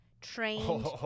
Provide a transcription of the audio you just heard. trained